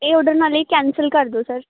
ਇਹ ਓਡਰ ਨਾਲ ਕੈਂਸਲ ਕਰ ਦਓ ਸਰ